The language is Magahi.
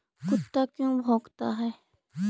कुत्ता क्यों भौंकता है?